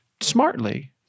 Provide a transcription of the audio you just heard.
smartly